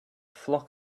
flock